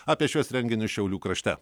apie šiuos renginius šiaulių krašte